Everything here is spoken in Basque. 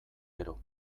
gero